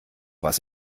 was